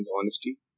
honesty